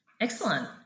Excellent